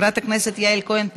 חברת הכנסת יעל כהן פארן,